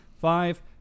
five